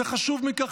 וחשוב מכך,